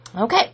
Okay